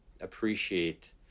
appreciate